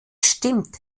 stimmt